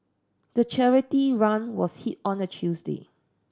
the charity run was on a Tuesday